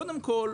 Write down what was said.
קודם כל,